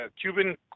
Cuban